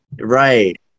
Right